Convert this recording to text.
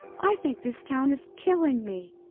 i think this town is killing me.